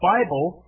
Bible